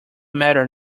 matter